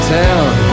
town